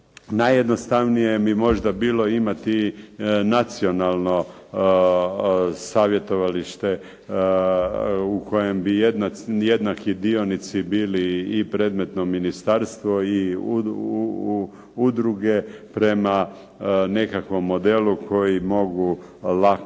Najjednostavnije bi možda bilo imati nacionalno savjetovalište u kojem bi jednaki dionici bili i predmetno ministarstvo i udruge prema nekakvom modelu koji mogu lako